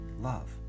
love